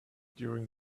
during